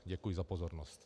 Děkuji za pozornost.